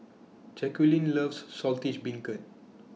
Jacquline loves Saltish Beancurd